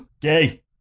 gay